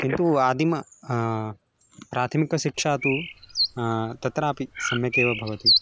किन्तु आदिम प्राथमिकशिक्षा तु तत्रापि सम्यक् एव भवति